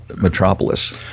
Metropolis